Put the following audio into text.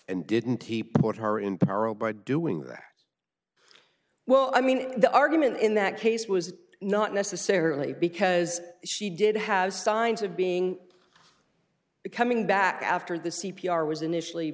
and didn't he put her in peril by doing that well i mean the argument in that case was not necessarily because she did have signs of being coming back after the c p r was initially